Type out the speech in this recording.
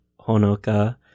Honoka